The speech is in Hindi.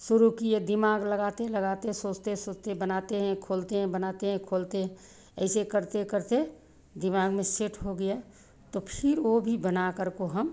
शुरू किए दिमाग लगाते लगाते सोचते सोचते बनाते हैं खोलते हैं बनाते हैं खोलते हैं ऐसे करते करते दिमाग में सेट हो गया तब फिर वह भी बना करको हम